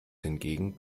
hingegen